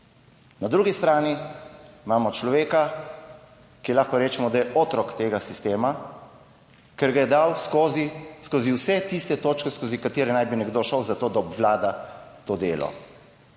Na drugi strani imamo človeka, ki lahko rečemo, da je otrok tega sistema, ker ga je dal skozi vse tiste točke, skozi katere naj bi nekdo šel za to, da obvlada to delo.